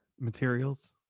materials